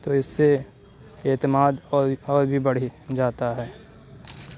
تو اس سے اعتماد اور بھی اور بھی بڑھ جاتا ہے